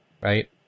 right